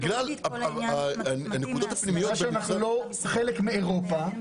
כיוון שאנחנו לא חלק מאירופה,